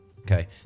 Okay